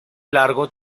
largo